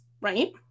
Right